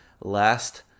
last